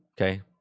Okay